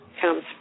comes